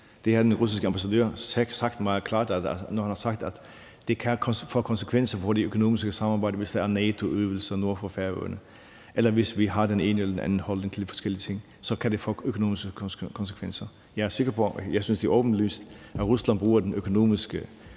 Det har den russiske ambassadør sagt meget klart, når han har sagt, at det kan få konsekvenser for det økonomiske samarbejde, hvis der er NATO-øvelser nord for Færøerne, eller hvis vi har den ene eller den anden holdning til de forskellige ting – så kan det få økonomiske konsekvenser. Jeg synes, det er åbenlyst, at Rusland bruger den økonomiske